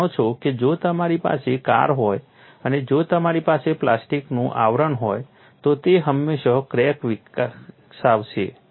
તમે જાણો છો કે જો તમારી પાસે કાર હોય અને જો તમારી પાસે પ્લાસ્ટિકનું આવરણ હોય તો તે હંમેશાં ક્રેક વિકસાવશે